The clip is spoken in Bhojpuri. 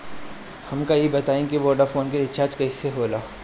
हमका ई बताई कि वोडाफोन के रिचार्ज कईसे होला?